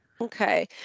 Okay